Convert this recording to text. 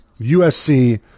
USC